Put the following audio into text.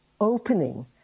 opening